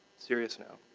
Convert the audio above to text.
serious now.